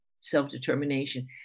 self-determination